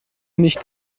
nicht